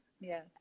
Yes